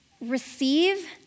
receive